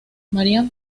marian